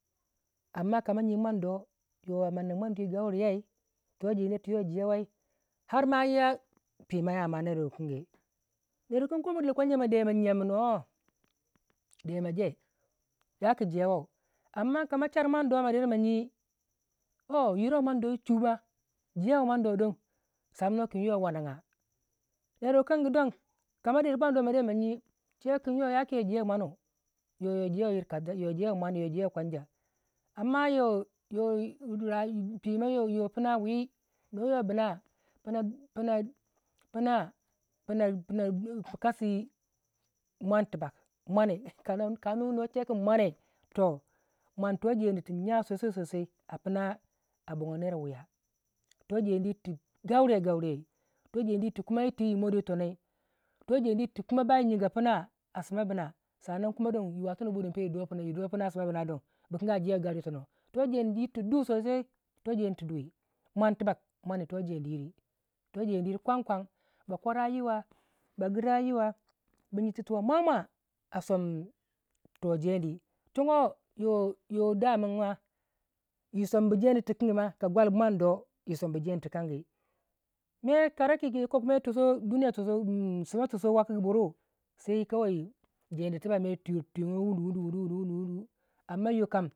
anda kama jyi mwando yo a mannu man wei gauriyei to jeniyai tiyo jewai arma yiya pima ya ma ner wukingi nerwukin gi ko ma de kwanja ma de ma jyiya min woo de ma je yaku jewoo amma kama char mwan do ka der ma jyi woo yiro mwando yi chu jewei mwan do don samunuwei kin yo wannagya nerwukan gi don kama de mwan do ma der ma jyi chewei kin ya ku yo jewei mwanu yo yo jewei yiri kasa yo jewi mwan du yo jewei kwanja amma yo yo yi dura pima yiro pina wii noyuwa bina pina pina kasi mwan tibak ka nu no ce kin mwane toh tojenitu jyai sosai sosai a pina bogo ner wiya to jeniyir tu gauriyo gauriyai toh jeni yir tu kuyi ti yi mon yi tonai toh jeni yir tukuma bai jyiga pina a sima bina sanan kuma don yi watanuwei yi duya pina sima bina don bikanga jewei gaure yi tona to jeni yir tu du sosai toh jeni tu dui mwan tubak toh jeni yiri toh jeni yiri kwan kwan ba kwara yiwa ba gira yiwa bi jyititiwa mwamwa a som toh jeni chogo yo yo damin ma yi som bu jeni tikin ma ka kwali mwando yi som bu jeni tikan gi mere kareki duniya toso m duniya toso wakukuburu sai kawai jeni tibak mer tuyoko wunu wunu wunu amma yokam jeni yiri